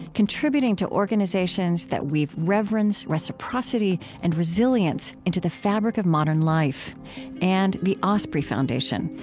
contributing to organizations that weave reverence, reciprocity, and resilience into the fabric of modern life and the osprey foundation,